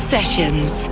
Sessions